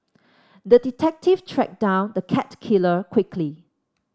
the detective tracked down the cat killer quickly